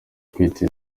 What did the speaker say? kwita